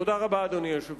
תודה רבה, אדוני היושב-ראש.